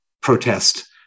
protest